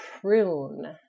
prune